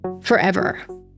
forever